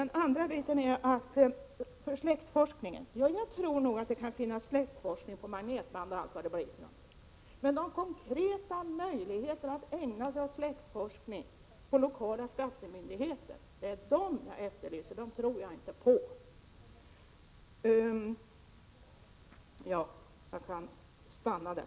Den andra biten gäller släktforskningen. Jag tror visst att det kan finnas uppgifter för släktforskningen på magnetband och allt vad det kan vara, men vad jag efterlyser är de konkreta möjligheterna att ägna sig åt släktforskning på den lokala skattemyndigheten. De möjligheterna tror jag inte på.